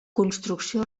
construcció